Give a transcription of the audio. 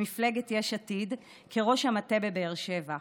למפלגת יש עתיד כראש המטה בבאר שבע.